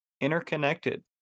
interconnected